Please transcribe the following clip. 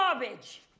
garbage